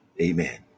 Amen